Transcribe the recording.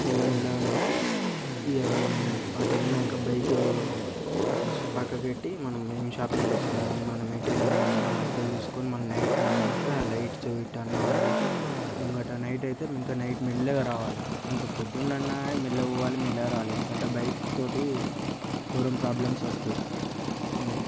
మెల్లమెల్లగా నడిపి ఇగ మనం అటు వెళ్లినాక బైకు అటు ఇశ్ పక్కకెట్టి మనమేం షాపింగ్ చేస్తామో మనం ఎటు వెళ్లినామో అదంతా చూసుకొని నైట్ రాంగ ఇంక లైట్స్ టర్న్ ఆన్ చేసి ముంగట నైట్ అయితే ఇక నైట్ మెల్లగా రావలి ఇక పొద్దునన్న మెల్లగా పోవాలి మెల్లగా రావలె ఎందుకంటే బైక్తోటి ఘోరం ప్రాబ్లమ్స్ వస్తాయి